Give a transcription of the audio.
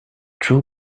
true